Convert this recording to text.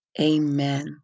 Amen